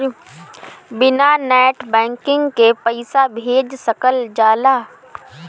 बिना net banking के पईसा भेज सकल जाला?